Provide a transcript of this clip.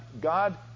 God